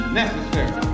necessary